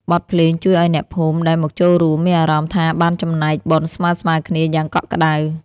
បទភ្លេងជួយឱ្យអ្នកភូមិដែលមកចូលរួម មានអារម្មណ៍ថាបានចំណែកបុណ្យស្មើៗគ្នាយ៉ាងកក់ក្តៅ។